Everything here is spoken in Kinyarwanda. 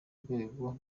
rwego